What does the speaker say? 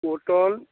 cotton